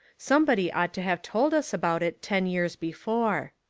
somebody ought to have told us about it ten years before.